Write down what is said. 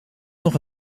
nog